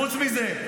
חוץ מזה,